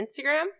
instagram